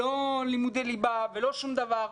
לא לימודי ליבה ולא שום דבר.